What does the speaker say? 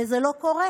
וזה לא קורה,